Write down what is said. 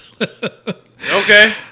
Okay